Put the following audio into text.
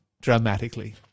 Dramatically